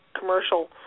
commercial